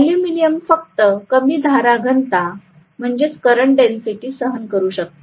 aluminium फक्त कमी धारा घनता सहन करू शकते